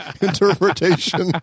interpretation